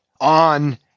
On